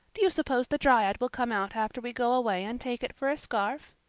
do you suppose the dryad will come out after we go away and take it for a scarf?